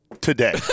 today